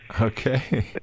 Okay